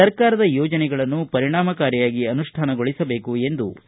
ಸರ್ಕಾರದ ಯೋಜನೆಗಳನ್ನು ಪರಿಣಾಮಕಾರಿಯಾಗಿ ಅನುಷ್ಠಾನಗೊಳಿಸಬೇಕು ಎಂದರು